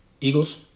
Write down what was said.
Eagles